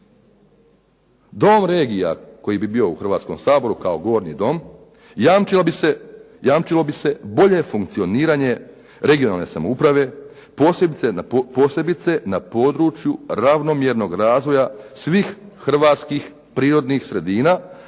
Dom regija koji bi bio u Hrvatskom saboru kao Gornji dom jamčilo bi se bolje funkcioniranje regionalne samouprave posebice na području ravnomjernog razvoja svih hrvatskih prirodnih sredina,